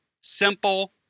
simple